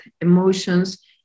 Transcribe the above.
emotions